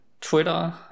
Twitter